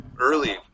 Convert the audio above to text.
early